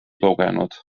kogenud